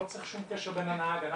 לא צריך שום קשר בין הנהג לנוסעים,